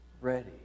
ready